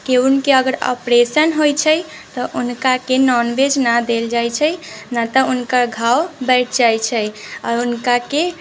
केहुन के अगर ओपरेशन होइत छै तऽ हुनका के नॉन वेज ना देल जाइत छै ना तऽ हुनका घाव बढ़ि जाइत छै आओर हुनका के